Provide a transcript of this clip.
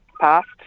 passed